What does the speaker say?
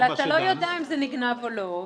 אבל אתה לא יודע אם זה נגנב או לא,